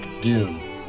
doom